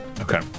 Okay